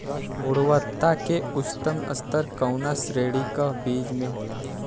गुणवत्ता क उच्चतम स्तर कउना श्रेणी क बीज मे होला?